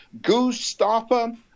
Gustafa